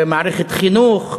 מערכת חינוך,